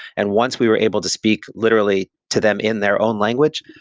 and once we were able to speak literally to them in their own language,